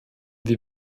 die